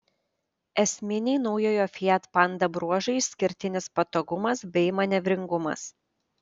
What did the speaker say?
esminiai naujojo fiat panda bruožai išskirtinis patogumas bei manevringumas